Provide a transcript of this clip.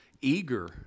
eager